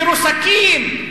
מרוסקים,